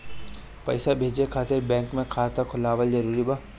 पईसा भेजे खातिर बैंक मे खाता खुलवाअल जरूरी बा?